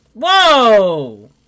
Whoa